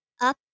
up